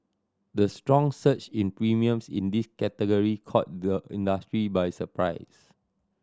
the strong surge in premiums in this category caught the industry by surprise